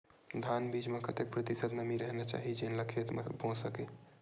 धान बीज म कतेक प्रतिशत नमी रहना चाही जेन ला खेत म बो सके?